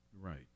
Right